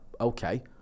okay